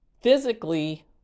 physically